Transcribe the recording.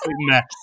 mess